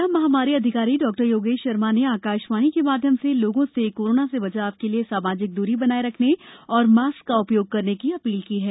जिला महामारी अधिकारी डॉयोगेश शर्मा ने आकाशवाणी के माध्यम से लोगों से कोरोना से बचाव के लिए सामाजिक दूरी बनाये रखने और मास्क का उपयोग करने की अपील की है